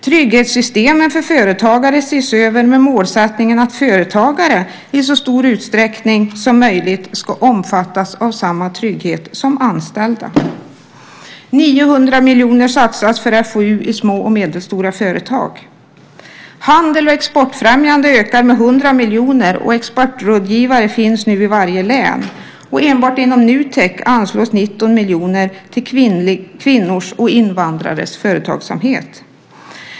Trygghetssystemen för företagare ses över med målsättningen att företagare i så stor utsträckning som möjligt ska omfattas av samma trygghet som anställda. 900 miljoner satsas för FoU i små och medelstora företag. Handel och exportfrämjande ökar med 100 miljoner, och exportrådgivare finns nu i varje län. Enbart inom Nutek anslås 19 miljoner till kvinnors och invandrares företagsamhet.